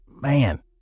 man